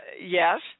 Yes